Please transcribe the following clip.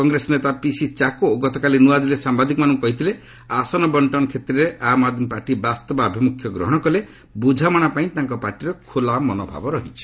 କଂଗ୍ରେସ ନେତା ପିସି ଚାକୋ ଗତକାଲି ନ୍ତଆଦିଲ୍ଲୀରେ ସାମ୍ବାଦିକମାନଙ୍କୁ କହିଥିଲେ ଆସନ ବର୍ଷ୍ଣନ କ୍ଷେତ୍ରରେ ଆମ୍ ଆଦ୍ମୀ ପାର୍ଟି ବାସ୍ତବ ଆଭିମୁଖ୍ୟ ଗ୍ରହଣ କଲେ ବୁଝାମଣା ପାଇଁ ତାଙ୍କ ପାର୍ଟିର ଖୋଲା ମନୋଭାବ ରହିଛି